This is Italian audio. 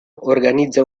organizza